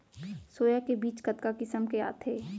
Soya के बीज कतका किसम के आथे?